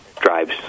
drives